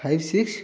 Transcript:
five six